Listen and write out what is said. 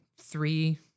three